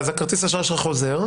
כרטיס האשראי שלך חוזר.